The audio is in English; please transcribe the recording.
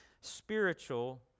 spiritual